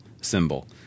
symbol